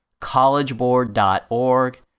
collegeboard.org